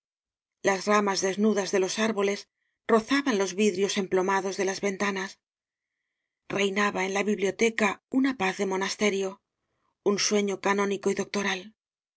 las ramas desnudas de los árboles rozaban los vidrios emplomados de las ventanas reinaba en la biblioteca una paz de monasterio un sueño canónico y doctoral